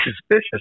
suspicious